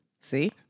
see